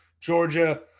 Georgia